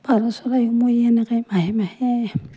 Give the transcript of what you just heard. পাৰ চৰাই মই এনেকৈ মাহে মাহে